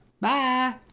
Bye